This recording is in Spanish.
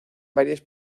varias